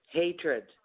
hatred